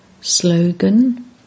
Slogan